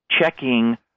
checking